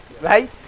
right